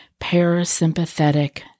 parasympathetic